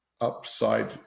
upside